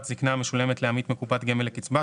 זקנה" קצבה המשולמת לעמית מקופת גמל לקצבה,